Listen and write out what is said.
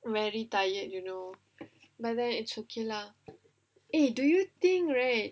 very tired you know but then it's okay lah eh do you think right